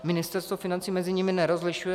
Ministerstvo financí mezi nimi nerozlišuje.